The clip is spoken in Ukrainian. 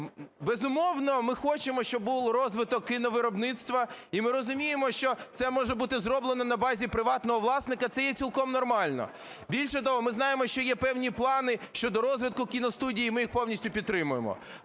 Безумовно, ми хочемо, щоб був розвиток кіновиробництва, і ми розуміємо, що це може бути зроблено на базі приватного власника. Це є цілком нормально. Більше того, ми знаємо, що є певні плани щодо розвитку кіностудії, ми їх повністю підтримуємо.